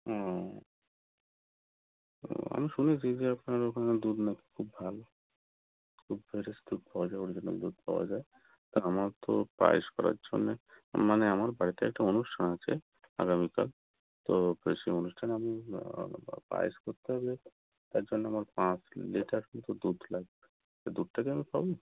ও ও আমি শুনেছি যে আপনার ওখানে দুধ না কি খুব ভালো খুব ফ্রেশ দুধ পাওয়া যায় অরিজিনাল দুধ পাওয়া যায় তা আমার তো পায়েস করার জন্যে মানে আমার বাড়িতে একটা অনুষ্ঠান আছে আগামীকাল তো সেই অনুষ্ঠানে আমি পায়েস করতে হবে তার জন্য আমার পাঁচ লিটার কিন্তু দুধ লাগবে তো দুধটা কি আমি পাব